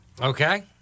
Okay